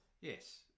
Yes